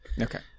Okay